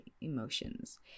emotions